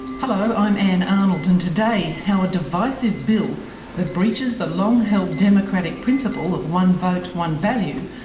hello, i'm ann arnold, and today how a divisive bill that breaches the long-held democratic principle of one vote, one value,